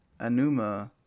Anuma